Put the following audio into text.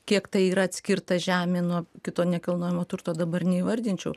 kiek tai yra atskirta žemė nuo kito nekilnojamo turto dabar neįvardinčiau